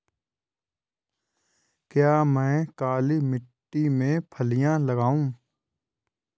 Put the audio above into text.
क्या मैं काली मिट्टी में फलियां लगाऊँ?